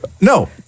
No